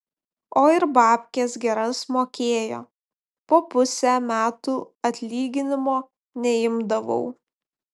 o ir babkes geras mokėjo po pusę metų atlyginimo neimdavau